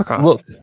Look